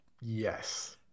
Yes